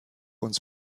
uns